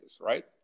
right